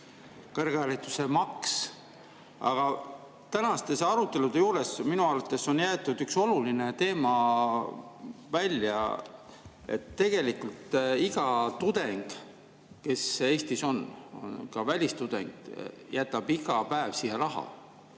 kõrghariduse maks. Aga tänaste arutelude juures on minu arvates jäetud üks oluline teema välja. Tegelikult iga tudeng, kes Eestis on, ka välistudengid, jätab iga päev siia raha,